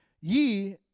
Ye